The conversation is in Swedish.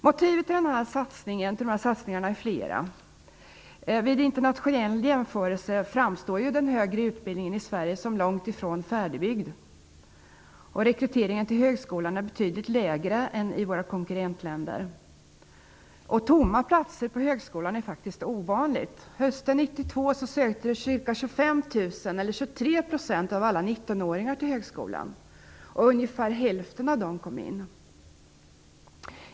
Motiven till de här satsningarna är flera. Vid internationella jämförelser framstår den högre utbildningen i Sverige som långt ifrån färdigbyggd. Rekryteringen till högskolan är dessutom betydligt lägre i Sverige än den är i våra konkurrentländer. Tomma platser på högskolan är faktiskt ovanligt. åringar till högskolan. Ungefär hälften av dem kom in.